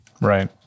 Right